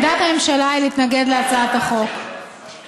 עמדת הממשלה היא להתנגד להצעת החוק.